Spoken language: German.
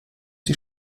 die